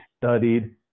studied